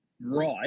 right